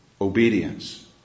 Obedience